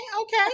Okay